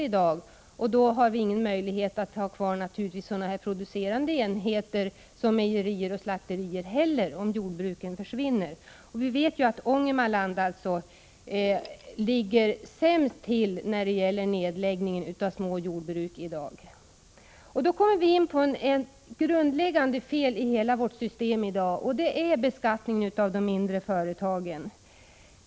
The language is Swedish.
Om dessa läggs ner har vi naturligtvis inte möjlighet att ha kvar producerande enheter, t.ex. mejerier och slakterier. Vi vet att Ångermanland i dag ligger sämst till i fråga om nedläggning av små jordbruk. Det grundläggande felet i vårt system i dag är beskattningen av de mindre företagen.